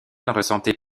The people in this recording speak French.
ressentait